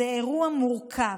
זה אירוע מורכב,